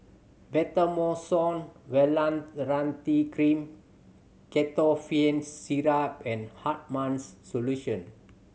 Betamethasone Valerate Cream Ketotifen Syrup and Hartman's Solution